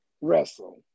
wrestle